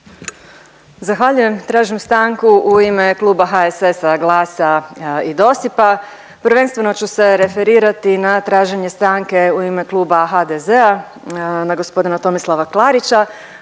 Zahvaljujem. Tražim stanku u ime Kluba zastupnika HSS-a, GLAS-a i DOSIP-a, prvenstveno ću se referirati na traženje stanke u ime Kluba HDZ-a na g. Tomislava Klarića